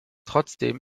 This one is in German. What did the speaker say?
trotzdem